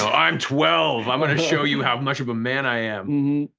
so i'm twelve, i'm gonna show you how much of a man i am.